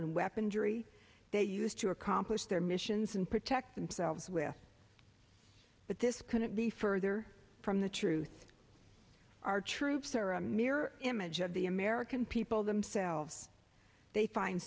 and weapon jury that used to accomplish their missions and protect themselves with but this couldn't be further from the truth our troops are a mirror image of the american people themselves they find